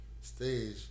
stage